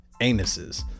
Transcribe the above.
anuses